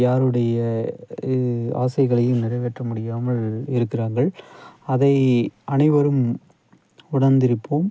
யாருடைய ஆசைகளையும் நிறைவேற்ற முடியாமல் இருக்கிறார்கள் அதை அனைவரும் உணர்ந்திருப்போம்